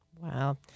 Wow